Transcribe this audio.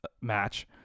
match